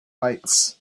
lights